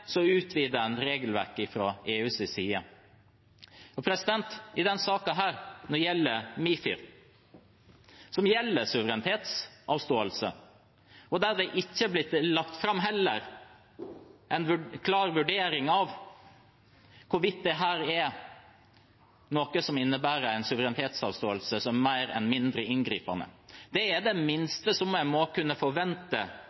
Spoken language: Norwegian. en regelverket fra EUs side. I denne saken, når det gjelder MiFIR, er det heller ikke blitt lagt fram en klar vurdering av hvorvidt dette er noe som innebærer en suverenitetsavståelse som mer enn lite inngripende. Det er det